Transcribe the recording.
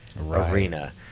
arena